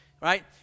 right